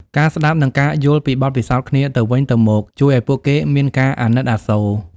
ការស្តាប់និងការយល់ពីបទពិសោធន៍គ្នាទៅវិញទៅមកជួយឱ្យពួកគេមានការអាណិតអាសូរ។